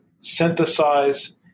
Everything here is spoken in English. synthesize